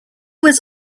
was